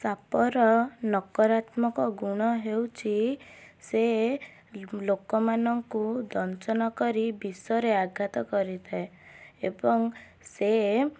ସାପ ର ନକାରାତ୍ମକ ଗୁଣ ହେଉଛି ସେ ଲୋକମାନଙ୍କୁ ଦଂଶନ କରି ବିଷ ରେ ଆଘାତ କରିଥାଏ ଏବଂ ସେ